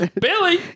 Billy